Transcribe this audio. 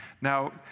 Now